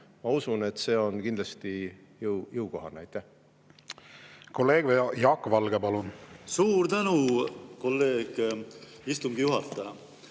Ma usun, et see on kindlasti jõukohane. Kolleeg Jaak Valge, palun! Suur tänu, kolleeg, istungi juhataja!